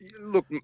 look